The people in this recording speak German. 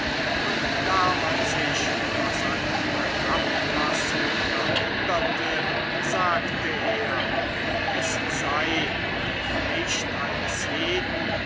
und da man sich über seine herablassung verwunderte sagte er es sei die pflicht eines jeden